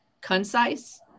concise